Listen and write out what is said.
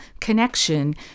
connection